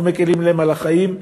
אנחנו מקלים להם את החיים,